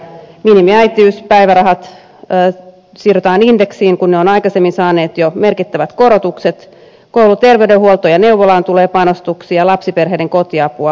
minimiäitiyspäivärahat sidotaan indeksiin kun ne ovat aikaisemmin saaneet jo merkittävät korotukset kouluterveydenhuoltoon ja neuvolaan tulee panostuksia lapsiperheiden kotiapua vahvistetaan